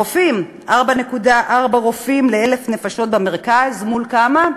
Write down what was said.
רופאים: 4.4 רופאים ל-1,000 נפשות במרכז מול כמה?